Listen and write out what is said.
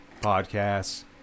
podcasts